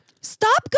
Stop